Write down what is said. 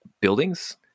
buildings